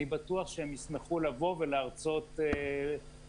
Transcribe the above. אני בטוח שהם ישמחו לבוא ולהרצות לתלמידים,